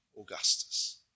Augustus